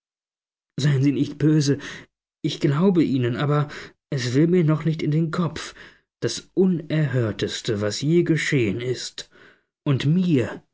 seien sie nicht böse ich glaube ihnen aber es will mir noch nicht in den kopf das unerhörteste was je geschehen ist und mir